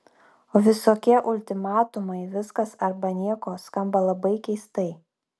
o visokie ultimatumai viskas arba nieko skamba labai keistai